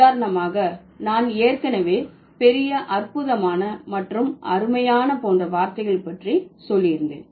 உதாரணமாக நான் ஏற்கனவே பெரிய அற்புதமான மற்றும் அருமையான போன்ற வார்த்தைகள் பற்றி சொல்லியிருந்தேன்